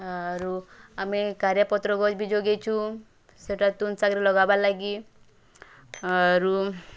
ଆରୁ ଆମେ ଜୋଗେଇଚୁଁ ସେଟା ରେ ଲଗାବାର୍ ଲାଗି ଆରୁ